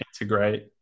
integrate